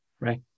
right